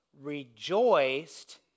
rejoiced